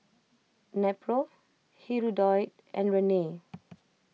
Nepro Hirudoid and Rene